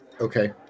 okay